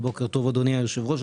בוקר טוב אדוני היושב ראש.